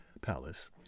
palace